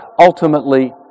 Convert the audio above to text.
ultimately